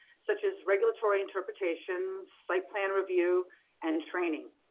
such as regulatory interpretations, site plan review and training.